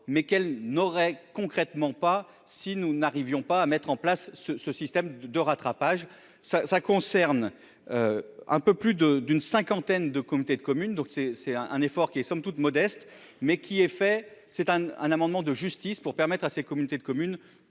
mais qu'elle n'aurait concrètement pas si nous n'arrivions pas à mettre en place ce ce système de rattrapage ça ça concerne un peu plus de d'une cinquantaine de comités de communes donc c'est c'est un effort qui est somme toute modeste, mais qui est fait, c'est un un amendement de justice pour permettre à ces communautés de communes,